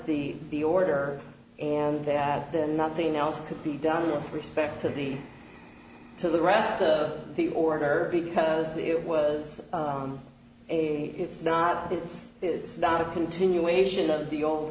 the the order and that then nothing else could be done with respect to the to the rest of the order because it was a it's not that it's not a continuation of the old